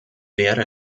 wäre